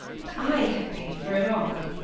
but i have paid for it all,